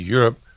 Europe